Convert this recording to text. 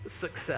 success